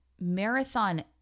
marathon